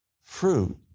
fruit